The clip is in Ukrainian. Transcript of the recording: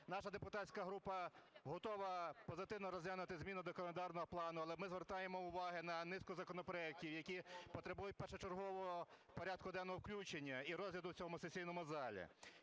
Наша депутатська група готова позитивно розглянути зміни до календарного плану, але ми звертаємо увагу на низку законопроектів, які потребують першочергового порядку денного включення і розгляду в цьому сесійному залі.